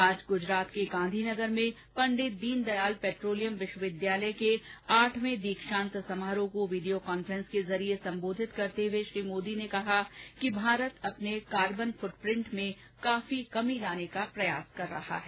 आज गुजरात के गांधीनगर में पंडित दीन दयाल पेट्रोलियम विश्वविद्यालय के आठवें दीक्षान्त समारोह को वीडियो कांफ्रेस के जरिये संबोधित करते हुए श्री मोदी ने कहा कि भारत अपने कार्बन फूटप्रिंट में काफी कमी लाने का प्रयास कर रहा है